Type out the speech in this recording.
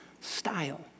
style